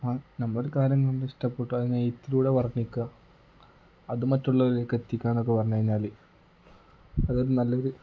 ആ നമ്മൾ കാര്യം കൊണ്ട് ഇഷ്ടപ്പെട്ടു അതിനെ എഴുത്തിലൂടെ വർണ്ണിക്കുക അത് മറ്റുള്ളവരിലേക്ക് എത്തിക്കുക എന്നൊക്കെ പറഞ്ഞു കഴിഞ്ഞാൽ അതൊരു നല്ലൊരു